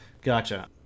gotcha